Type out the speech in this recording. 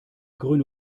grüne